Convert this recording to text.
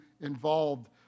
involved